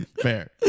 Fair